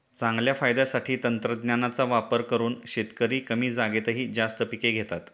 चांगल्या फायद्यासाठी तंत्रज्ञानाचा वापर करून शेतकरी कमी जागेतही जास्त पिके घेतात